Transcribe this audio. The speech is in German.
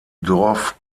dorf